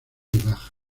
bajas